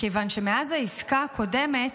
כיוון שמאז העסקה הקודמת,